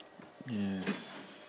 yes